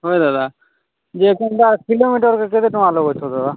ହଏ ଦାଦା ଯେ କେନ୍ତା କିଲୋମିଟର୍କୁ କେତେ ଟଙ୍କା ଲଗାଉଛ ଦାଦା